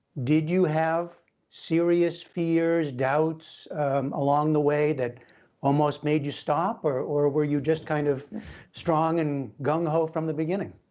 did you have serious fears, doubts along the way that almost made you stop, or or were you just kind of strong and gung-ho from the beginning?